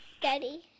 Daddy